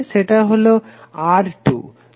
সেটা হলো R2